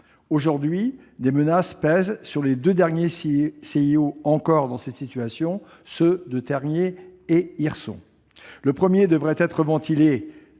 Aujourd'hui, des menaces pèsent sur les deux derniers CIO encore dans cette situation, ceux de Tergnier et Hirson. Le premier devrait être ventilé